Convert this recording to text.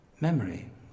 memory